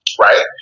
right